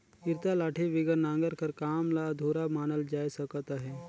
इरता लाठी बिगर नांगर कर काम ल अधुरा मानल जाए सकत अहे